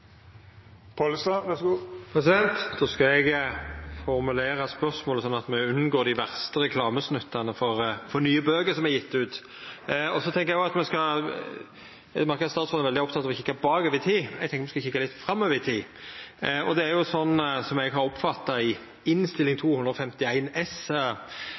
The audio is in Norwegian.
skal eg formulera spørsmålet sånn at me unngår dei verste reklamesnuttane for nye bøker som er gjevne ut. Eg merkar meg at statsråden er veldig oppteken av å kikka bakover i tid. Eg tenkte å kikka litt framover i tid. Det er jo sånn som, eg har oppfatta det, at i Innst. 251 S